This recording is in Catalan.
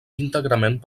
íntegrament